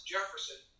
Jefferson